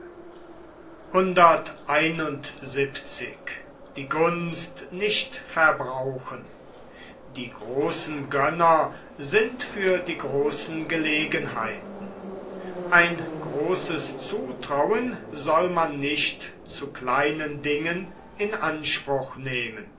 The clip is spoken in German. die großen gönner sind für die großen gelegenheiten ein großes zutrauen soll man nicht zu kleinen dingen in anspruch nehmen